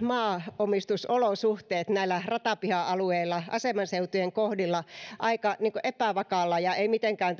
maaomistusolosuhteet näillä ratapiha alueilla asemanseutujen kohdilla aika epävakaassa ja ei mitenkään